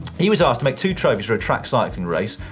he was asked to make two trophies for a track cycling race,